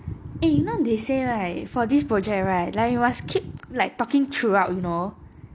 eh you know they say right for this project right like you must keep like talking throughout you know